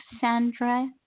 Sandra